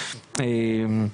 חותם על כל מה שאמרת,